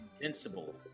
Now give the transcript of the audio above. Invincible